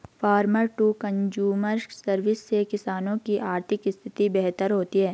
farmer to consumer service से किसानों की आर्थिक स्थिति बेहतर होती है